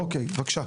אוקיי, בבקשה.